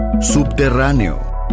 subterráneo